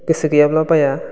गोसो गैयाब्ला बाया